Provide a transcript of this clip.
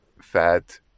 fat